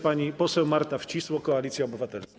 Pani poseł Marta Wcisło, Koalicja Obywatelska.